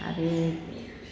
आरो